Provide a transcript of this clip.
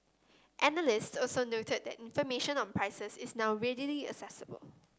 analyst also noted that information on prices is now readily accessible